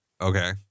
okay